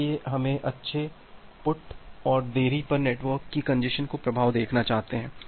इसलिए हम अच्छे पुट और देरी पर नेटवर्क की कंजेस्शन का प्रभाव देखना चाहते हैं